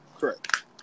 Correct